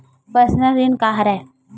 Personal ऋण का हरय?